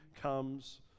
comes